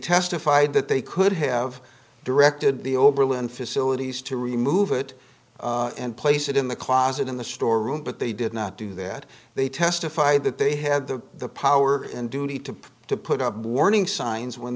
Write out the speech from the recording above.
testified that they could have directed the oberland facilities to remove it and place it in the closet in the storeroom but they did not do that they testified that they had the power and duty to to put up warning signs when